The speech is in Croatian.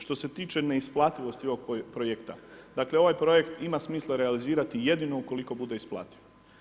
Što se tiče neisplativosti ovog projekta, dakle ovaj projekt ima smisla realizirati jedino ako bude isplativ.